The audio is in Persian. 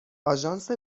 آژانس